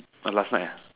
oh last night